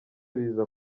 biza